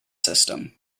system